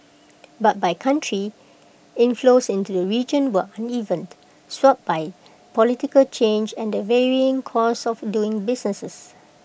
but by country inflows into the region were uneven swayed by political change and the varying costs of doing business